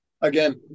Again